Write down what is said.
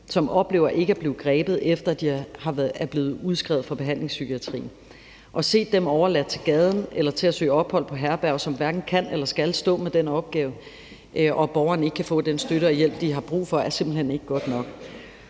som oplever ikke at blive grebet, efter at de er blevet udskrevet fra behandlingspsykiatrien. At man ser dem overladt til gaden eller til at søge ophold på herberger, som hverken kan eller skal stå med den opgave, og at borgerne ikke kan få den støtte og hjælp, de har brug for, er simpelt hen ikke godt nok.